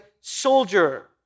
soldier